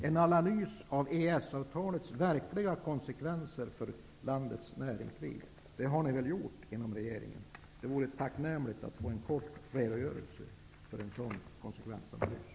En analys av EES-avtalets verkliga konsekvenser för landets näringsliv har väl regeringen gjort. Det vore tacknämligt om det gick att få en kort redogörelse för en sådan konsekvensanalys.